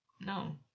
No